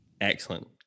Excellent